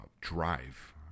drive